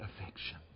affection